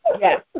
Yes